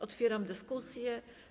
Otwieram dyskusję.